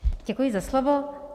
Děkuji za slovo.